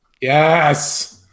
Yes